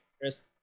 Chris